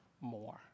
more